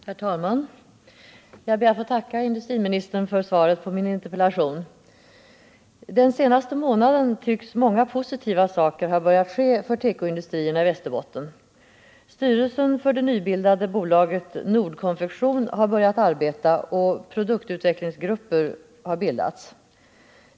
Herr talman! Jag ber att få tacka industriministern för svaret på min interpellation. Den senaste månaden tycks många positiva saker ha börjat ske för tekoindustrierna i Västerbotten. Styrelsen för det nybildade bolaget Nord Konfektion har börjat arbeta, och produktutvecklingsgrupper har bildats.